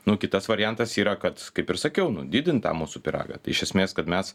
nu kitas variantas yra kad kaip ir sakiau nu didint tą mūsų pyragą tai iš esmės kad mes